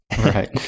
Right